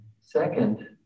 Second